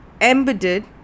embedded